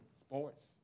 sports